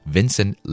Vincent